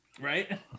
right